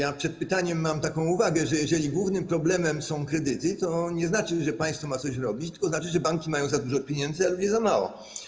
Przed zadaniem pytania mam taką uwagę, że jeżeli głównym problemem są kredyty, to nie znaczy, że państwo ma coś robić, tylko znaczy, że banki mają za dużo pieniędzy, a ludzie za mało.